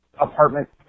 apartment